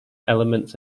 elements